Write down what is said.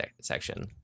section